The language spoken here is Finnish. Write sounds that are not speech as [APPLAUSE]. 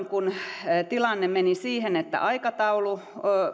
[UNINTELLIGIBLE] kun tuolloin tilanne meni siihen että aikataulu